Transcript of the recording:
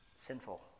Sinful